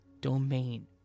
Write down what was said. domain